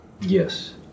Yes